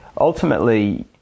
ultimately